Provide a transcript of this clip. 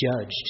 judged